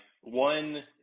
one